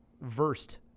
versed